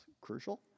crucial